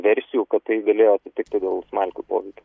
versijų kad tai galėjo atsitikti dėl smalkių poveikio